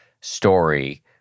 story